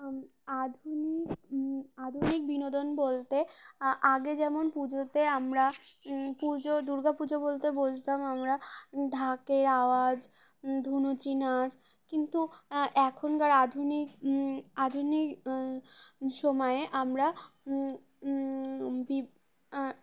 আধুনিক আধুনিক বিনোদন বলতে আ আগে যেমন পুজোতে আমরা পুজো দুর্গা পুজো বলতে বুঝতাম আমরা ঢাকের আওয়াজ ধুনুচি নাচ কিন্তু এখনকার আধুনিক আধুনিক সময়ে আমরা